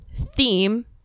theme